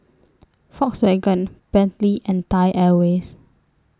Volkswagen Bentley and Thai Airways